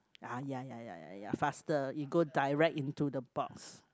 ah ya ya ya ya ya faster you go direct into the box